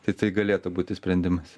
tai tai galėtų būti sprendimas